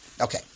Okay